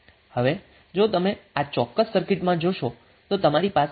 હવે જો તમે આ ચોક્કસ સર્કિટમાં જોશો તો તમારી પાસે 2 સોર્સ છે